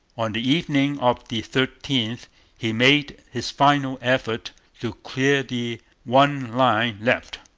on the evening of the thirteenth he made his final effort to clear the one line left,